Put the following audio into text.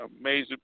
amazing